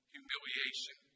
humiliation